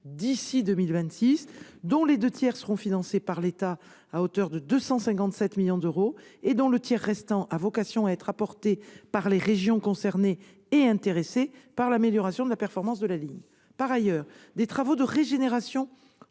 d'ici à 2026, dont les deux tiers seront financés par l'État, à hauteur de 257 millions d'euros, le tiers restant ayant vocation à être apporté par les régions concernées et intéressées par l'amélioration de la performance de la ligne. Par ailleurs, des travaux de régénération